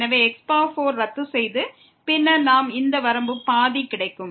எனவே x4ஐ ரத்து செய்து பின்னர் நமக்கு இந்த வரம்பில் பாதி கிடைக்கும்